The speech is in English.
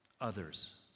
others